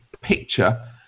picture